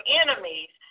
enemies